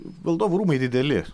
valdovų rūmai dideli